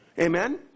Amen